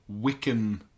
Wiccan